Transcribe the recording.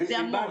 זה המון זמן.